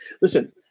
Listen